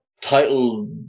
title